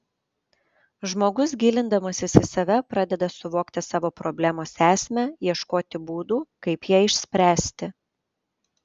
žmogus gilindamasis į save pradeda suvokti savo problemos esmę ieškoti būdų kaip ją išspręsti